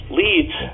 leads